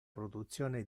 produzione